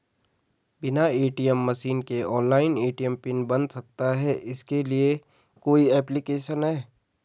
बिना ATM machine के online ATM PIN बन सकता है इसके लिए कोई ऐप्लिकेशन है?